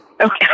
Okay